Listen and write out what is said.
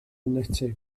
enetig